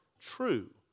true